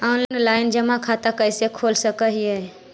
Online जमा खाता कैसे खोल सक हिय?